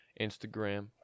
Instagram